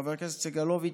חבר הכנסת סגלוביץ',